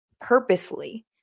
purposely